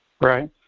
Right